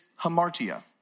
hamartia